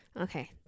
Okay